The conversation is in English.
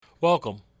Welcome